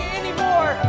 anymore